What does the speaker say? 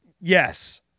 Yes